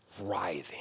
writhing